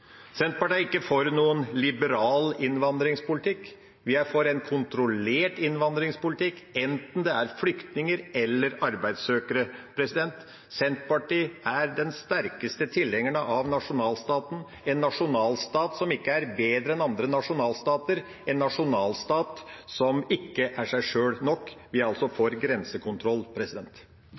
Senterpartiet er ikke for noen liberal innvandringspolitikk. Vi er for en kontrollert innvandringspolitikk, enten det gjelder flyktninger eller arbeidssøkere. Senterpartiet er den sterkeste tilhengeren av nasjonalstaten, en nasjonalstat som ikke er bedre enn andre nasjonalstater, en nasjonalstat som ikke er seg sjøl nok. Vi er altså for grensekontroll.